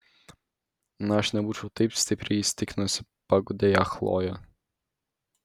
na aš nebūčiau taip stipriai įsitikinusi paguodė ją chlojė